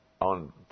on